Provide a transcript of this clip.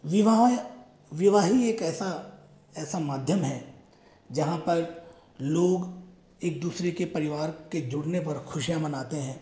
विवाह विवाह ही एक ऐसा ऐसा माध्यम है जहाँ पर लोग एक दूसरे के परिवार के जुड़ने पर खुशियाँ मनाते हैं